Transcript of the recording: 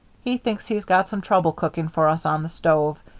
he thinks he's got some trouble cooking for us on the stove,